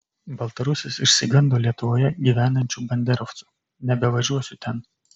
baltarusis išsigando lietuvoje gyvenančių banderovcų nebevažiuosiu ten